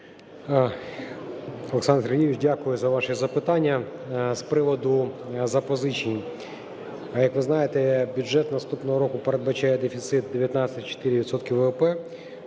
Олександр Сергійович, дякую за ваші запитання. З приводу запозичень. Як ви знаєте, бюджет наступного року передбачає дефіцит 19,4